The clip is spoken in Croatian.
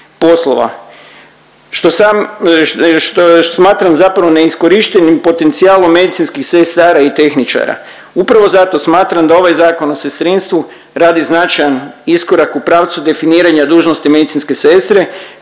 poslova to sam, što još smatram zapravo neiskorištenim potencijalom medicinskih sestara i tehničara. Upravo zato smatram da ovaj Zakon o sestrinstvu radi značajan iskorak u pravcu definiranja dužnosti medicinske sestre